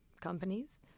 companies